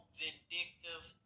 vindictive